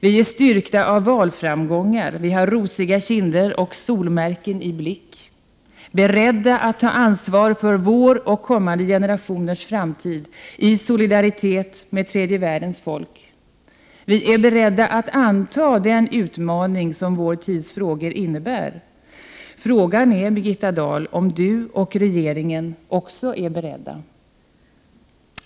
Vi är styrkta av valframgångar, vi har rosiga kinder och solmärken i blick, vi är beredda att ta ansvar för vår och kommande generationers framtid, i solidaritet med tredje världens folk. Vi är beredda att anta den utmaning som vår tids frågor innebär. Frågan är om Birgitta Dahl och regeringen också är beredda.